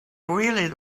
really